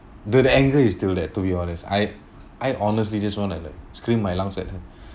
the the anger is still there to be honest I I honestly just want to like scream my lungs at her